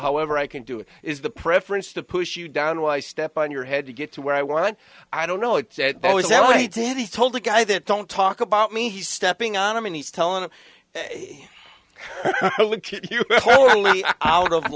however i can do it is the preference to push you down why step on your head to get to where i want i don't know it's always that way did he told the guy that don't talk about me he's stepping on him and he's telling him out o